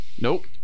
Nope